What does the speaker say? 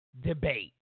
debate